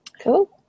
Cool